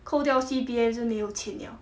扣掉 C_P_F 就没有钱 liao